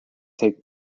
take